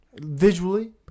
visually